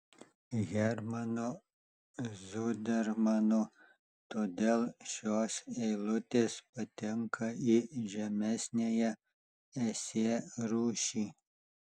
hermanu zudermanu todėl šios eilutės patenka į žemesniąją esė rūšį